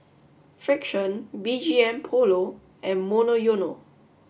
Frixion B G M Polo and Monoyono